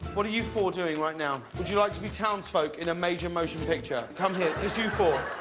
what are you four doing right now? would you like to be talents folk in a major motion picture? come here just you four.